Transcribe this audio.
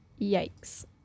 Yikes